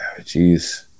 jeez